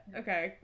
okay